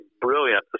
brilliant